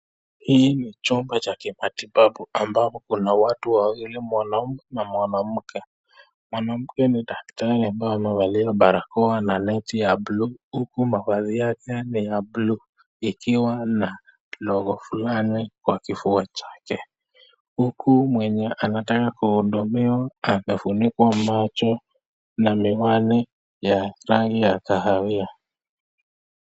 Hii ni chumba cha kimatibabu ambapo kuna watu wawili, mwanamume na mwanamke. Mwanamke ni daktari ambaye amevalia barakoa na neti ya blue huku mavazi yake ni ya blue ikiwa na logo fulani kwa kifua chake. Huku mwenye anataka kuhudumiwa amefunikwa macho na miwani ya rangi ya kahawia.